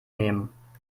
nehmen